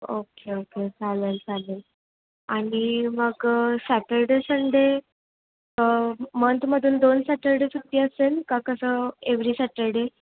okay okay चालेल चालेल आणि मग सॅटरडे संडे मंथमधून दोन सॅटरडे सुट्टी असेल का कसं एवरी सॅटरडे